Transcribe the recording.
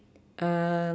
um